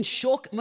shock